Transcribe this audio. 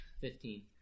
Fifteen